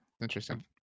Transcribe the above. Interesting